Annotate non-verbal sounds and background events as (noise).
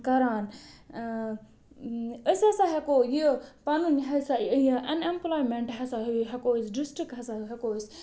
کران أسۍ ہَسا ہٮ۪کو یہِ پَنُن یہِ ہَسا یہِ اَن اٮ۪مپٕلایمٮ۪نٛٹ ہَسا (unintelligible) ہٮ۪کو أسۍ ڈِسٹِرٛک ہَسا ہٮ۪کو أسۍ